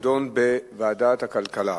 תידון בוועדת הכלכלה.